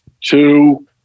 two